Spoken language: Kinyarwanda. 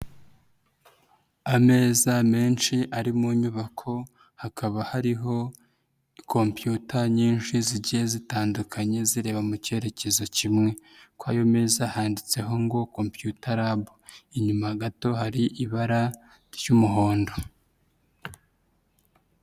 Ameza menshi ari mu nyubako, hakaba hariho kompiyuta nyinshi zigiye zitandukanye zireba mu cyerekezo kimwe. Kuri ayo meza handitseho ngo kompiyuta labu. Inyuma gato hari ibara ry'umuhondo.